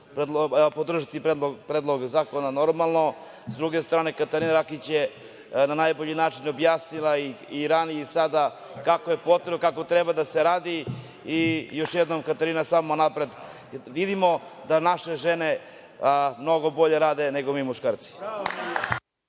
podržaću predlog zakona. S druge strane, Katarina Rakić je na najbolji način objasnila i ranije i sada kako je potrebno, kako treba da se radi i još jednom, Katarina, samo napred. Vidimo da naše žene mnogo bolje rade nego mi muškarci.